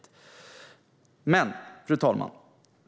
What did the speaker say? Fru talman!